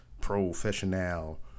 professional